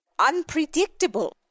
Unpredictable